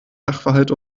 sachverhalt